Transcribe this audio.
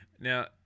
Now